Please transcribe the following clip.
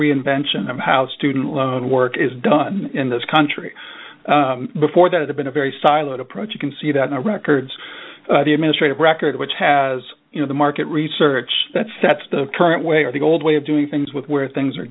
reinvention of how student loan work is done in this country before that have been a very siloed approach you can see that the records the administrative record which has you know the market research that sets the current way or the old way of doing things with where things are